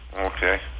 Okay